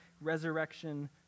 resurrection